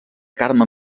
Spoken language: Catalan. carme